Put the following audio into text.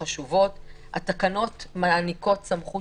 התקנות מעניקות סמכות